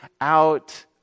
out